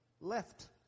left